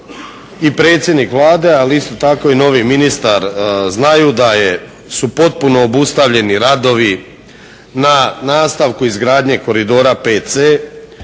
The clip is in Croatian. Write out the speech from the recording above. i predsjednik Vlade, ali isto tako i novi ministar znaju da su potpuno obustavljeni radovi na nastavku izgradnje Koridora VC